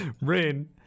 Rin